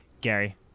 Gary